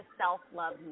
self-love